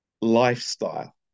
lifestyle